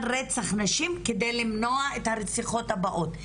רצח נשים כדי למנוע את הרציחות הבאות.